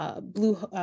Blue